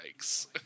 Yikes